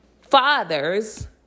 fathers